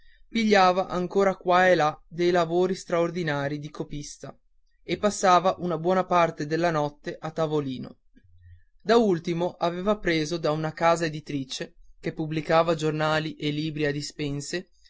pigliava ancora qua e là dei lavori straordinari di copista e passava una buona parte della notte a tavolino da ultimo aveva preso da una casa editrice che pubblicava giornali e libri a dispense